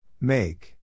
Make